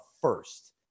first